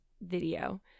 video